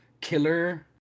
killer